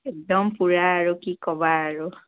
একদম পুৰা আৰু কি ক'বা আৰু